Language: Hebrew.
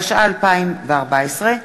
התשע"ה 2014,